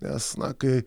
nes na kai